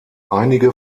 einige